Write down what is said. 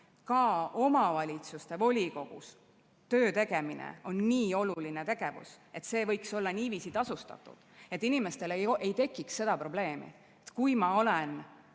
ka omavalitsuse volikogus töö tegemine on nii oluline tegevus, et see võiks olla niiviisi tasustatud, et inimestel ei tekiks seda probleemi. Kui ma olen